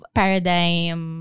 paradigm